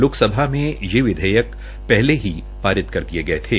लोकसभा में ये विधेयक पहले पारित कर दिये गये थे